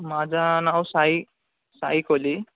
माझा नाव साई साई कोली